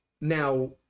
Now